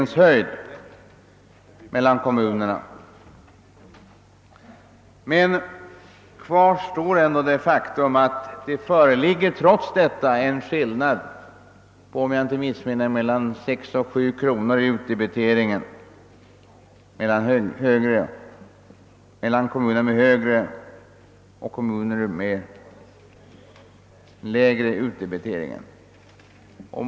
Men trots detta föreligger en skillnad — om jag inte missminner mig — på 6 å 7 kr. mellan kommuner med högre och kommuner med lägre utdebitering.